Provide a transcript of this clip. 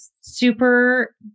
super